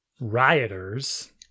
rioters